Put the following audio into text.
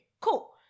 Cool